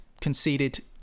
conceded